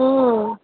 हुँ